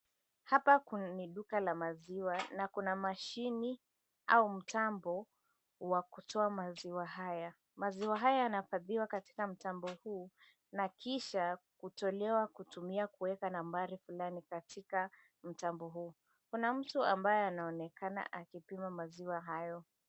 Hapa kuna duka la maziwa na kuna mashine au mtambo wa kutoa maziwa haya, maziwa haya hua yanahifadhiwa katika mtambo huu na kisha kutolewa kwa kuweka nambari fulani katika mtambo huu. Kuna mtu ambaye anaonekana akipima maziwa hayo.